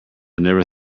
never